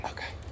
Okay